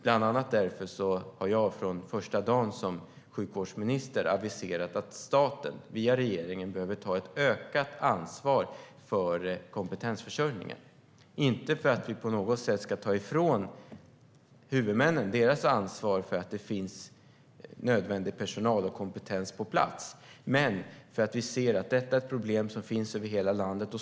Bland annat därför har jag från första dagen som sjukvårdsminister aviserat att staten via regeringen behöver ta ett ökat ansvar för kompetensförsörjningen - inte för att vi på något sätt ska ta ifrån huvudmännen deras ansvar för att det finns nödvändig personal och kompetens på plats utan därför att vi ser att detta är ett problem som finns över hela landet.